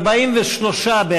בעד, 43,